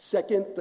Second